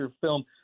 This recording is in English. film –